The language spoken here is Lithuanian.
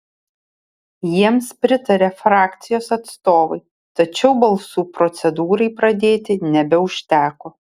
jiems pritarė frakcijos atstovai tačiau balsų procedūrai pradėti nebeužteko